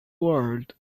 world